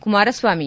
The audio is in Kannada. ಕುಮಾರಸ್ವಾಮಿ